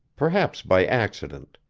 perhaps by accident.